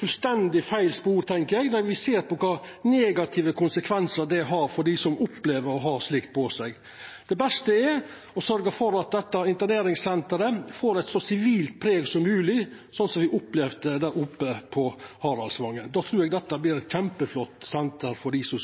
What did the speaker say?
fullstendig feil spor, tenkjer eg, når me ser kva for negative konsekvensar det har for dei som opplever å ha slikt på seg. Det beste er å sørgja for at dette interneringssenteret får eit så sivilt preg som mogleg, slik som me opplevde der oppe på Haraldvangen. Då trur eg dette vert eit kjempeflott senter for dei som